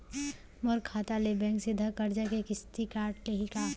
मोर खाता ले बैंक सीधा करजा के किस्ती काट लिही का?